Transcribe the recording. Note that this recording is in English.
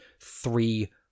three